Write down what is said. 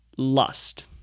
Lust